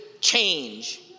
change